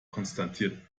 konstatierte